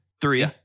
Three